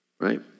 Right